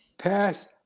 Pass